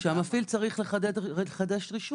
כשהמפעיל צריך לחדש רישוי,